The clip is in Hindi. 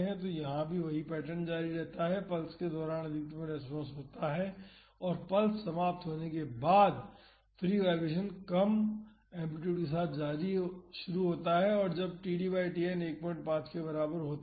तो यहाँ भी वही पैटर्न जारी रहता है पल्स के दौरान अधिकतम रेस्पॉन्स होता है और पल्स समाप्त होने के बाद फ्री वाईब्रेशन कम एम्पलीटूड के साथ शुरू होता है तो जब td बाई Tn 15 के बराबर होता है